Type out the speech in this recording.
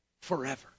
forever